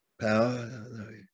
power